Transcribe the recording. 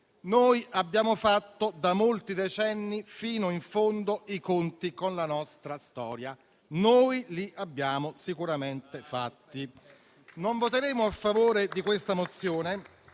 Noi abbiamo fatto da molti decenni fino in fondo i conti con la nostra storia; noi li abbiamo sicuramente fatti. Non voteremo a favore di questa mozione,